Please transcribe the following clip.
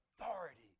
authority